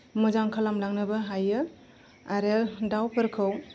मोजां खालामलांनोबो हायो आरो दाउफोरखौ